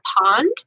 pond